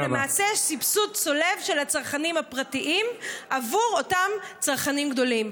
ולמעשה יש סבסוד צולב של הצרכנים הפרטיים עבור אותם צרכנים גדולים.